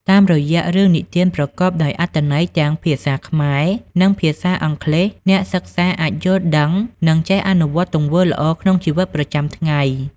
តាមរយៈរឿងនិទានប្រកបដោយអត្ថន័យទាំងភាសាខ្មែរ និងភាសាអង់គ្លេស អ្នកសិក្សាអាចយល់ដឹង និងចេះអនុវត្តទង្វើល្អក្នុងជីវិតប្រចាំថ្ងៃ។